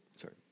sorry